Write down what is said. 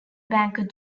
banker